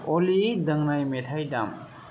अली दोंनै मेथाइ दाम